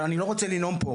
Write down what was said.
אבל אני לא רוצה לנאום פה,